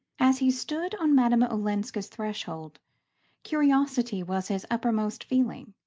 as he stood on madame olenska's threshold curiosity was his uppermost feeling.